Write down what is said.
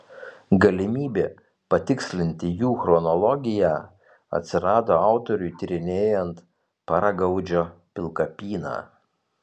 galimybė patikslinti jų chronologiją atsirado autoriui tyrinėjant paragaudžio pilkapyną